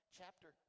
chapter